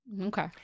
Okay